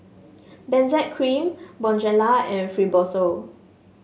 Benzac Cream Bonjela and Fibrosol